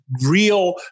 real